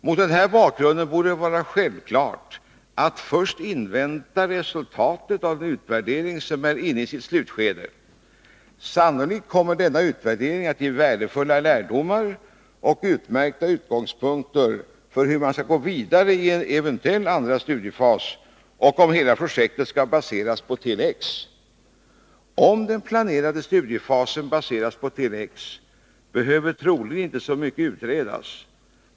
Mot denna bakgrund borde det vara självklart att man först inväntar resultatet av den utvärdering som är inne i sitt slutskede. Sannolikt kommer den utvärderingen att ge värdefulla lärdomar och att vara en utmärkt utgångspunkt. Det gäller hur man skall gå vidare i en eventuell andra studiefas och om hela projektet skall baseras på Tele-X. Om den planerade studiefasen baseras på Tele-X, behöver troligen inte så mycket utredas.